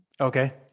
Okay